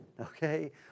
Okay